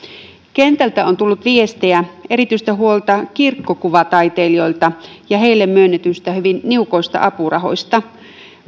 kentältä on tullut viestejä erityistä huolta kirkkokuvataiteilijoilta ja heille myönnetyistä hyvin niukoista apurahoista